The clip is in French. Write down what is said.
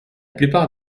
plupart